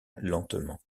lentement